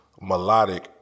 melodic